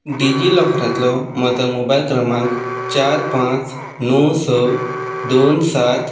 डिजिलॉकरांतलो म्हजो मोबायल क्रमांक चार पांच णव स दोन सात